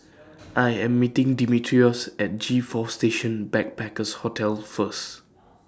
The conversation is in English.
I Am meeting Dimitrios At G four Station Backpackers Hotel First